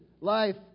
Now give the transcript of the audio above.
life